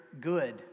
good